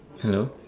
hello